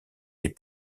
les